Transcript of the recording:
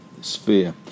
sphere